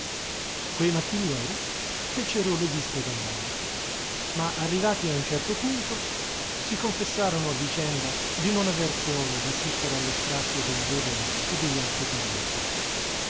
quei mattinieri fecero le viste d'andare ma arrivati a un certo punto si confessarono a vicenda di non aver cuore d'assistere allo strazio della vedova e degli altri parenti